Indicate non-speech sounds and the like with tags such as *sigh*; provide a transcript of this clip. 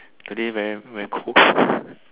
today very very cool *laughs*